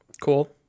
Cool